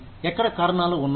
ఎక్కడ కారణాలు ఉన్నాయి